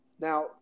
Now